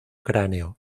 cráneo